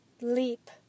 leap